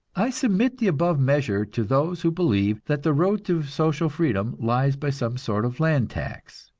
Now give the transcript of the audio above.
i submit the above measure to those who believe that the road to social freedom lies by some sort of land tax.